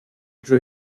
drew